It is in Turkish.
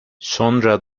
sonra